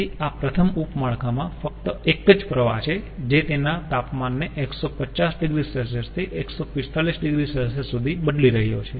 તેથી આ પ્રથમ ઉપ માળખામાં ફક્ત એક જ પ્રવાહ છે જે તેના તાપમાનને 150 oC થી 145 oC સુધી બદલી રહ્યો છે